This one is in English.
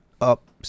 up